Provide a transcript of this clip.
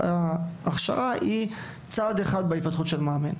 שהכשרה היא צעד אחד בהתפתחות של מאמן.